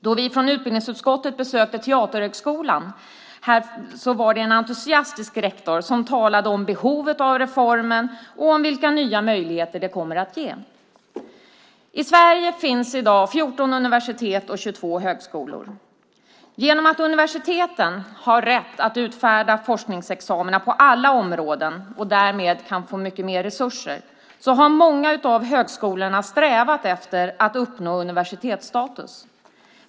Då vi från utbildningsutskottet besökte Teaterhögskolan var det en entusiastisk rektor som talade om behovet av reformen och om vilka nya möjligheter den kommer att ge. I Sverige finns i dag 14 universitet och 22 högskolor. Genom att universiteten har rätt att utfärda forskningsexamina på alla områden, och därmed kan få mycket mer resurser, har många av högskolorna strävat efter att uppnå universitetsstatus.